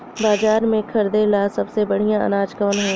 बाजार में खरदे ला सबसे बढ़ियां अनाज कवन हवे?